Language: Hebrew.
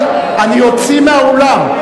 אני אוציא מהאולם.